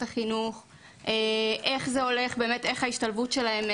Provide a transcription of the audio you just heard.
החינוך ואיך ההשתלבות שלהם נעשית.